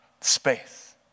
space